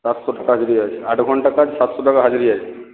সাতশো টাকা হাজিরি আছে আট ঘণ্টা কাজ সাতশো টাকা হাজিরি আছে